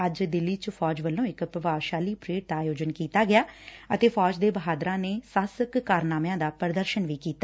ਅੱਜ ਦਿੱਲੀ ਚ ਫੌਜ ਵੱਲੋ ਇਕ ਪ੍ਭਾਵਸ਼ਾਲੀ ਪਰੇਡ ਦਾ ਆਯੋਜਿਨ ਕੀਤਾ ਗਿਆ ਅਤੇ ਫੌਜ ਦੇ ਬਹਾਦਰਾਂ ਨੇ ਸਾਹਸਿਕ ਕਾਰਨਾਮਿਆਂ ਦਾ ਪ੍ਦਰਸ਼ਨ ਵੀ ਕੀਤਾ